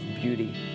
beauty